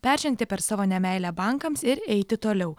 peržengti per savo nemeilę bankams ir eiti toliau